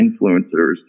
influencers